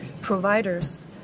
providers